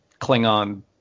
Klingon